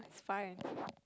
fine